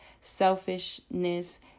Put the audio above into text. selfishness